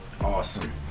awesome